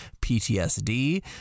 PTSD